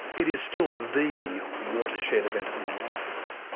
it is still the watershed event in my life.